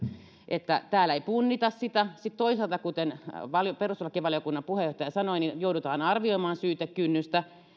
että täällä ei punnita sitä ja sitten toisaalta kuten perustuslakivaliokunnan puheenjohtaja sanoi joudutaan arvioimaan syytekynnystä